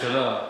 כשהממשלה,